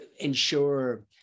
ensure